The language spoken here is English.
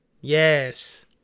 Yes